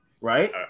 Right